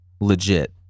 Legit